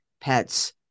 pets